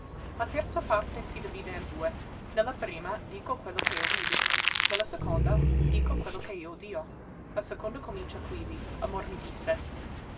la terza parte si divide in due ne la prima dico quello che io vidi ne la seconda dico quello che io udio la seconda comincia quivi amor mi disse